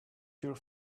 here